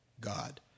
God